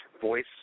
voice